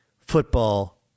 football